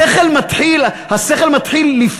השכל מתחיל לפעול?